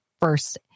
first